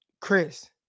Chris